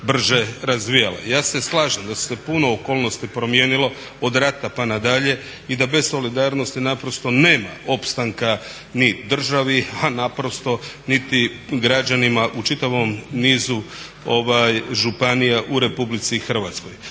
Ja se slažem da su se puno okolnosti promijenilo, od rata pa na dalje, i da bez solidarnosti naprosto nema opstanka ni državi, a naprosto niti građanima u čitavom nizu županija u RH. Znam isto